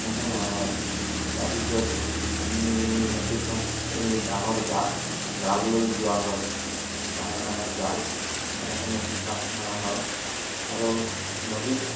সেনেকৈ মৰা হয় তাৰপিছত আমি নদীত মাছ এই ডাঙৰ জা জাল লৈ যোৱা হয় ডাঙৰ ডাঙৰ জাল এনেকৈ নদীত মাছ মৰা হয় আৰু নদীত